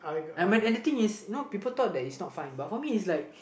and my and the thing is you know people thought that it's not fine but for me it's